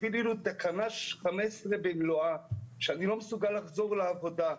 עלי חלה תקנה 15 במלואה ואני לא מסוגל לחזור לעבודה.